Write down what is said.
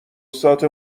سات